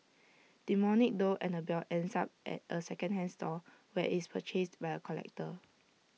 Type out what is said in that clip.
demonic doll Annabelle ends up at A second hand store where IT is purchased by A collector